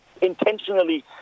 intentionally